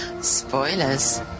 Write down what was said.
Spoilers